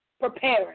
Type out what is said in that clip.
preparing